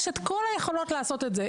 יש את כל היכולות לעשות את זה.